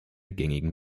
gängigen